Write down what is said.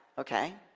okay,